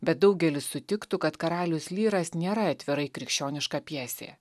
bet daugelis sutiktų kad karalius lyras nėra atvirai krikščioniška pjesė